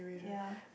ya